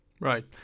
Right